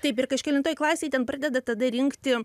taip ir kažkelintoj klasėj ten pradeda tada rinkti